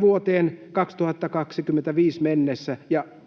vuoteen 2025 mennessä